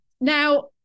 Now